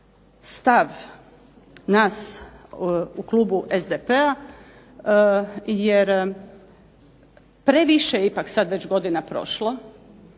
stav nas u klubu SDP-a jer je previše sada godina prošlo.